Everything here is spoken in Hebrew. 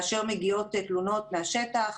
כאשר מגיעות תלונות מהשטח,